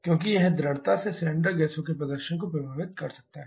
क्योंकि यह दृढ़ता से सिलेंडर गैसों के प्रदर्शन को प्रभावित कर सकता है